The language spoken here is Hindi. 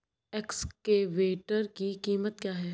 एक्सकेवेटर की कीमत क्या है?